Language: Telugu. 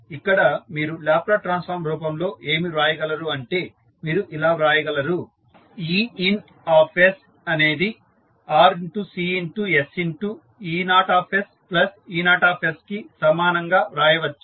ఇక్కడ మీరు లాప్లాస్ ట్రాన్సఫార్మ్ రూపంలో ఏమి వ్రాయగలరు అంటే మీరు ఇలా వ్రాయగలరు Ein అనేది RCsE0E0 కి సమానం గా రాయవచ్చు